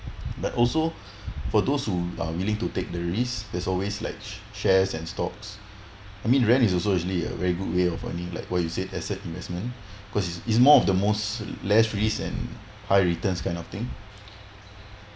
but also for those who are willing to take the risk there's always like shares and stocks I mean rent is also actually a very good way of earning like what you said asset investment because is more of the most less risk and high returns kind of thing